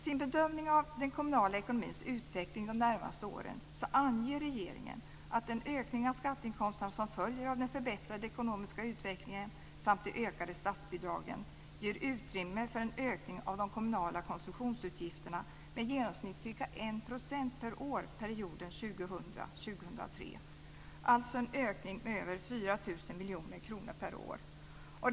I sin bedömning av den kommunala ekonomins utveckling de närmaste åren anger regeringen att den ökning av skatteinkomsterna som följer av den förbättrade ekonomiska utvecklingen samt de ökade statsbidragen ger utrymme för en ökning av de kommunala konsumtionsutgifterna med i genomsnitt ca 1 % per år perioden 2000-2003, alltså en ökning med över 4 000 miljoner kronor per år.